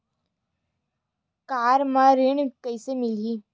Car म ऋण कइसे मिलही?